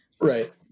right